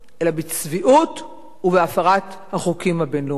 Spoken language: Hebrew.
אלא בצביעות ובהפרת החוקים הבין-לאומיים.